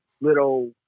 little